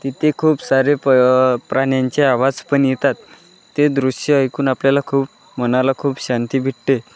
तिथे खूप सारे प प्राण्यांचे आवाज पण येतात ते दृश्य ऐकून आपल्याला खूप मनाला खूप शांती भेटते